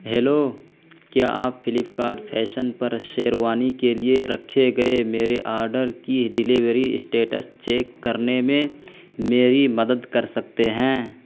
hello کیا آپ Flipkart fashion پر شیروانی کے لیے رکھے گئے میرے آرڈر کی ڈلیوری اسٹیٹس چیک کرنے میں میری مدد کر سکتے ہیں